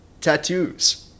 tattoos